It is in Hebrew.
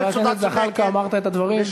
חבר הכנסת זחאלקה, אמרת את הדברים.